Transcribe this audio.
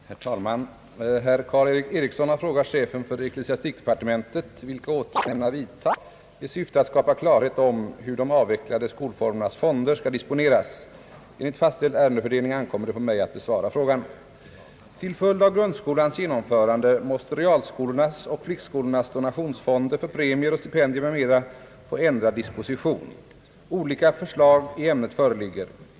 Herr talman! Herr Karl-Erik Eriksson har frågat chefen för ecklesiastikdepartementet vilka åtgärder han ämnar vidta i syfte att skapa klarhet om hur de avvecklade skolformernas fonder skall disponeras. Enligt fastställd ärendefördelning ankommer det på mig att besvara frågan. Till följd av grundskolans genomförande måste realskolornas och flickskolornas donationsfonder för premier och stipendier m.m. få ändrad disposition. Olika förslag i ämnet föreligger.